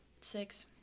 Six